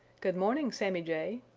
good morning, sammy jay,